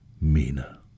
mina